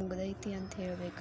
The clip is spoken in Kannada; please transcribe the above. ಮುಗದೈತಿ ಅಂತ ಹೇಳಬೇಕ?